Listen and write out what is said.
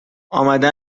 آمده